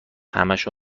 همشو